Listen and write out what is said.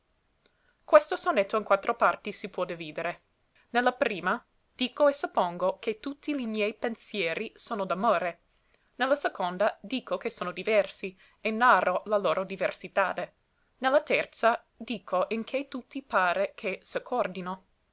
questo sonetto in quattro parti si può dividere ne la prima dico e soppongo che tutti li miei pensieri sono d'amore ne la seconda dico che sono diversi e narro la loro diversitade ne la terza dico in che tutti pare che s'accordino